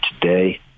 today